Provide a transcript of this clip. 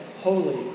holy